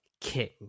king